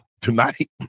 tonight